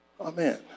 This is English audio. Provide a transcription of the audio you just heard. Amen